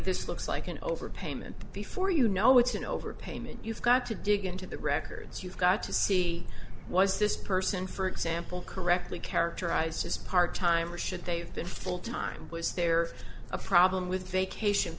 this looks like an overpayment before you know it's an overpayment you've got to dig into the records you've got to see was this person for example correctly characterized as part time or should they have been full time was there a problem with vacation